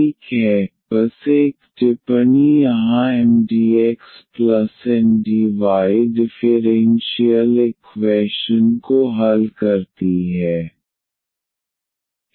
ठीक है बस एक टिप्पणी यहाँ MdxNdy डिफ़ेरेन्शियल इक्वैशन को हल करती है